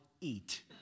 eat